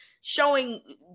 showing